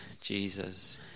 Jesus